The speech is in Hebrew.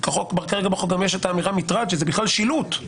כרגע מופיע המילה "מטרד", שזה בכלל שילוט.